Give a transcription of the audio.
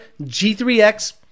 G3X